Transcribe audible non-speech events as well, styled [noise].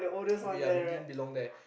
[noise] we ya we didn't belong there